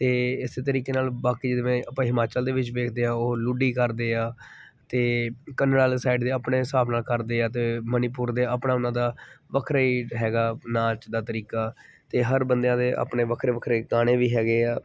ਅਤੇ ਇਸੇ ਤਰੀਕੇ ਨਾਲ ਬਾਕੀ ਜਿਵੇਂ ਆਪਾਂ ਹਿਮਾਚਲ ਦੇ ਵਿੱਚ ਵੇਖਦੇ ਹਾਂ ਉਹ ਲੁੱਡੀ ਕਰਦੇ ਆ ਅਤੇ ਕੰਨੜ ਵਾਲੇ ਸਾਈਡ ਦੇ ਆਪਣੇ ਹਿਸਾਬ ਨਾਲ ਕਰਦੇ ਆ ਅਤੇ ਮਨੀਪੁਰ ਦੇ ਆਪਣਾ ਉਹਨਾਂ ਦਾ ਵੱਖਰਾ ਹੀ ਹੈਗਾ ਨਾਚ ਦਾ ਤਰੀਕਾ ਅਤੇ ਹਰ ਬੰਦਿਆਂ ਦੇ ਆਪਣੇ ਵੱਖਰੇ ਵੱਖਰੇ ਗਾਣੇ ਵੀ ਹੈਗੇ ਆ